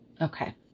Okay